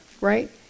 right